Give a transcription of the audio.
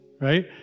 right